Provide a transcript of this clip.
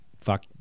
fuck